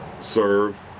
serve